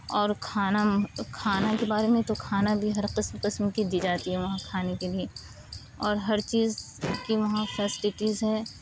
اور کھانم کھانا کے بارے میں تو کھانا بھی ہر قسم قسم کی دی جاتی ہے وہاں کھانے کے لیے اور ہر چیز کی وہاں فیسٹیٹیز ہے